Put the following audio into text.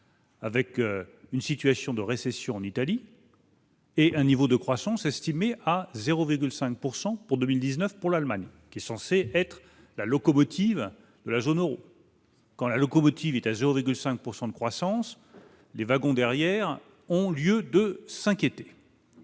Avec une situation de récession en Italie. Et un niveau de croissance estimée à 0,5 pourcent pour 2019 pour l'Allemagne qui est censé être la locomotive de la zone Euro. Quand la locomotive est jour régler 5 pourcent de croissance, les wagons derrière ont lieu de s'inquiéter,